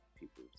people